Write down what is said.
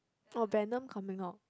oh Venom coming out